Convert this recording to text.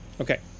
Okay